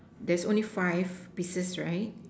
there's only five pieces right